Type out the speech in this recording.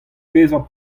bezañ